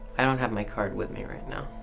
i don't have my card with me right now.